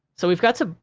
so we've got some,